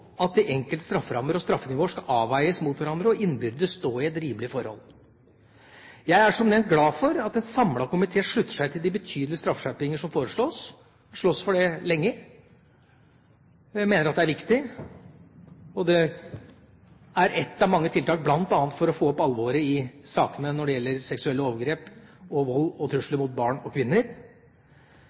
at de enkelte strafferammer og straffenivåer skal avveies mot hverandre og innbyrdes stå i et rimelig forhold. Jeg er, som nevnt, glad for at en samlet komité slutter seg til de betydelige straffeskjerpinger som foreslås. Jeg har slåss for det lenge, jeg mener det er riktig. Det er et av mange tiltak, bl.a. for å få fram alvoret i sakene som gjelder seksuelle overgrep, vold og trusler mot barn og kvinner.